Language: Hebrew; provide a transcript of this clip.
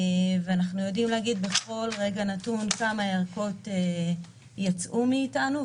אנחנו יודעים להגיד בכל רגע נתון כמה ערכות יצאו מאיתנו.